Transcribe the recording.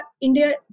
India